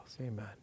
Amen